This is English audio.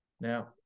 Now